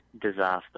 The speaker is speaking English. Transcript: disaster